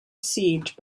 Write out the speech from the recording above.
siege